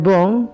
Bong